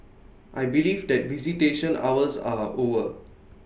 I believe that visitation hours are over